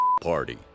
party